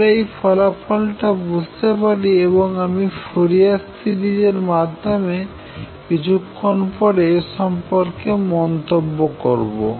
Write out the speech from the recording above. আমরা এই ফলাফল টা বুঝতে পারি এবং আমি ফুরিয়ার সিরিজ এর মাধ্যমে কিছুক্ষণ পরে এ সম্পর্কে মন্তব্য করব